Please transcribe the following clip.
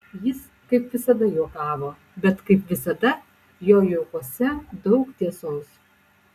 jis kaip visada juokavo bet kaip visada jo juokuose daug tiesos